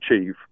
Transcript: achieve